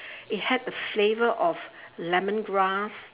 it had a flavour of lemongrass